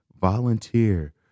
volunteer